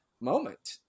moment